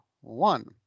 one